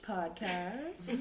Podcast